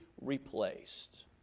replaced